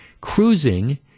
cruising